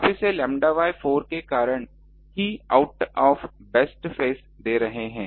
आप इसे lambda by 4 के कारण ही आउट ऑफ वेस्ट फेस दे रहे हैं